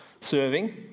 serving